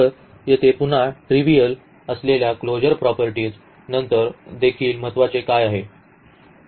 तर येथे पुन्हा ट्रिव्हीयल असलेल्या क्लोजर प्रॉपर्टीज नंतर देखील महत्त्वाचे काय आहे